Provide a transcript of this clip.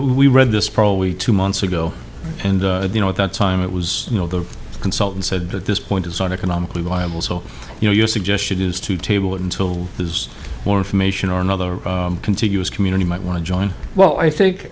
we read this probably two months ago and you know at that time it was you know the consultant said at this point is on economically viable so you know your suggestion is to table until there is more from asian or another contiguous community might want to join well i think